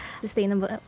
Sustainable